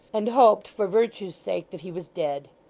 and hoped, for virtue's sake, that he was dead.